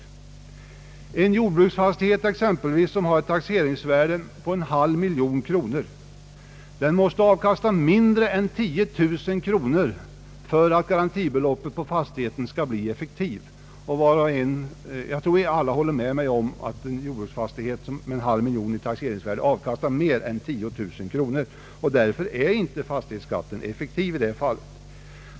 Exempelvis en jordbruksfastighet med ett taxeringsvärde på en halv miljon kronor måste avkasta mindre än 10 000 kronor för att garantibeloppet på fastigheten skall bli effektivt. Jag tror att alla håller med mig om att en sådan jordbruksfastighet avkastar mer än 10 000 kronor, och därför är inte fastighetsskatten effektiv i det fallet.